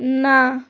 না